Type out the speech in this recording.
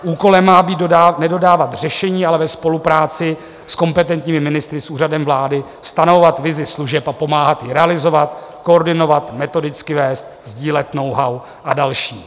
Úkolem má být nedodávat řešení, ale ve spolupráci s kompetentními ministry, s Úřadem vlády stanovovat vizi služeb a pomáhat ji realizovat, koordinovat. metodicky vést a sdílet knowhow a další.